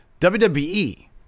WWE